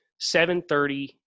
7.30